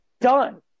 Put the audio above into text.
Done